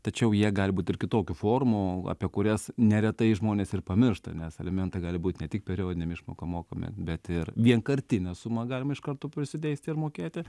tačiau jie gali būt ir kitokių formų apie kurias neretai žmonės ir pamiršta nes alimentai gali būt ne tik periodinėm išmokom mokami bet ir vienkartinę sumą galima iš karto prisiteisti ir mokėti